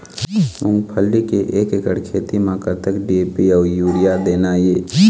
मूंगफली के एक एकड़ खेती म कतक डी.ए.पी अउ यूरिया देना ये?